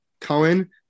Cohen